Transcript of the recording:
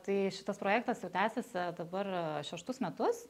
tai šitas projektas jau tęsiasi dabar šeštus metus